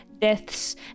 deaths